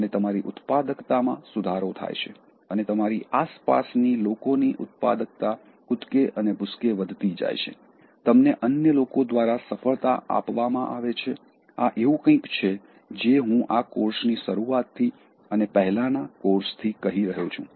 અને તમારી ઉત્પાદકતામાં સુધારો થાય છે અને તમારી આસપાસની લોકોની ઉત્પાદકતા કુદકે અને ભૂસકે વધતી જાય છે તમને અન્ય લોકો દ્વારા સફળતા આપવામાં આવે છે આ એવું કંઈક છે જે હું આ કોર્સની શરૂઆતથી અને પહેલાના કોર્સથી કહી રહ્યો છું